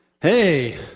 Hey